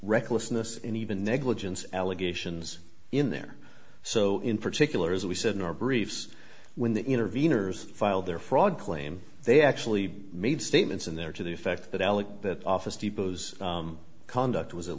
recklessness and even negligence allegations in there so in particular as we said nor briefs when the interveners filed their fraud claim they actually made statements in there to the effect that alec that office depot's conduct was at